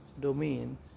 domain